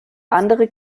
andere